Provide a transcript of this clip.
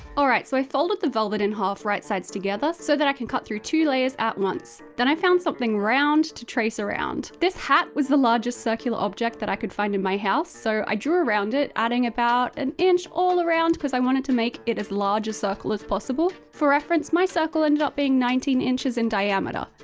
all right, so i folded the velvet in half right sides together so that i can cut through two layers at once. then i found something round to trace around. this hat was the largest circular object that i could find in my house. so i drew around it adding about an inch all around cause i wanted to make it as larger circle as possible. for reference, my circle ended up being nineteen inches in diameter.